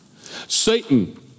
Satan